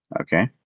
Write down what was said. Okay